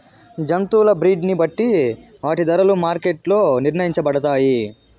జంతువుల బ్రీడ్ ని బట్టి వాటి ధరలు మార్కెట్ లో నిర్ణయించబడతాయి